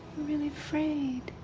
really afraid.